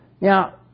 now